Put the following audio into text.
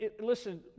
listen